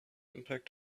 impact